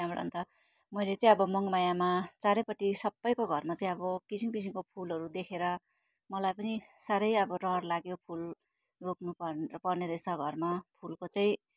त्यहाँबाट अन्त मैले चाहिँ अब मङमायामा चारैपट्टि सबैको घरमा चाहिँ अब किसिम किसिमको फुलहरू देखेर मलाई पनि साह्रै अब रहर लाग्यो फुल रोप्नु प पर्ने रहेछ घरमा फुलको चाहिँ